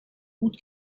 gut